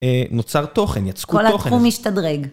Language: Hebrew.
נוצר תוכן, יצקו תוכן. כל התחום משתדרג.